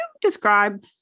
describe